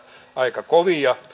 aika kovia